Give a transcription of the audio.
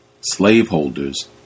Slaveholders